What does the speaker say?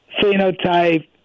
phenotype